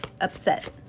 upset